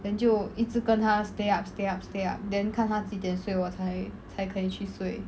then 就一直跟他 stay up stay up stay up then 看她几点睡我才才可以去睡